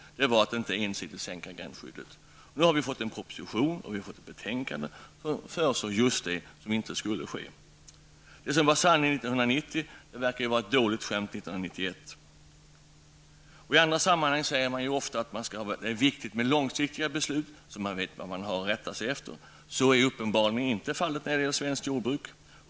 Det var att vi inte ensidigt skulle sänka gränsskyddet. Nu har vi fått en proposition och ett betänkande, där just det föreslås som inte skulle ske. Det som var sanning 1990 verkar vara ett dåligt skämt 1991. I andra sammanhang säger man ofta att det är viktigt med långsiktiga beslut, så att man vet vad man har att rätta sig efter. Så är uppenbarligen inte fallet när det gäller svenskt jordbruk.